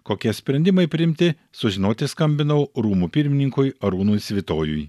kokie sprendimai priimti sužinoti skambinau rūmų pirmininkui arūnui svitojui